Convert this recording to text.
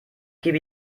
gebe